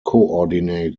coordinate